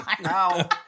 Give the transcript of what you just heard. now